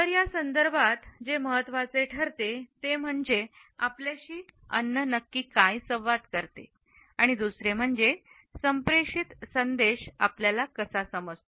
तर या संदर्भात जे महत्त्वाचे ठरते ते म्हणजे आपल्याशी अन्न नक्की काय संवाद करते आणि दुसरे म्हणजे संप्रेषित संदेश आपल्याला कसा समजतो